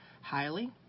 highly